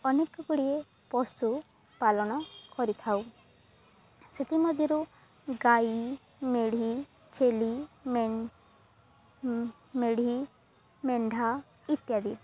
ଅନେକ ଗୁଡ଼ିଏ ପଶୁ ପାଳନ କରିଥାଉ ସେଥିମଧ୍ୟରୁ ଗାଈ ମେଢ଼ୀ ଛେଳି ମେଢ଼ୀ ମେଣ୍ଢା ଇତ୍ୟାଦି